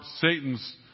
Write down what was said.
Satan's